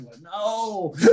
No